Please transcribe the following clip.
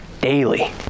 Daily